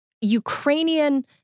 Ukrainian